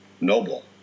Noble